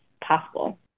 possible